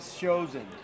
chosen